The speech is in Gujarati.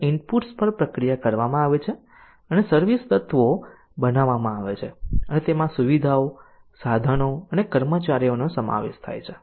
જ્યાં ઇનપુટ્સ પર પ્રક્રિયા કરવામાં આવે છે અને સર્વિસ તત્વો બનાવવામાં આવે છે અને તેમાં સુવિધાઓ સાધનો અને કર્મચારીઓનો સમાવેશ થાય છે